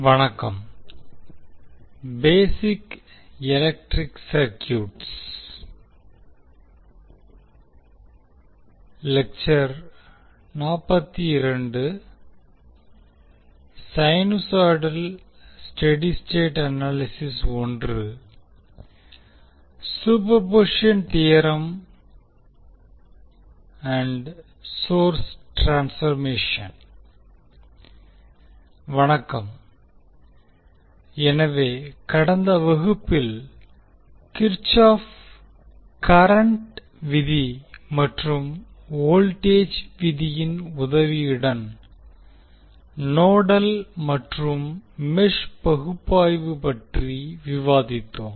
வணக்கம் எனவே கடந்த வகுப்பில் கிர்சாஃப் கரண்ட் kirchoff's current விதி மற்றும் வோல்டேஜ் விதியின் உதவியுடன் நோடல் மற்றும் மெஷ் பகுப்பாய்வு பற்றி விவாதித்தோம்